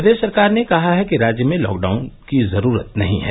प्रदेश सरकार ने कहा है कि राज्य में लॉकडाउन की जरूरत नहीं है